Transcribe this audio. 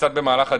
קצת במהלך הדיון,